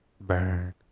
burn